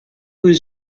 lose